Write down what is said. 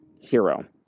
hero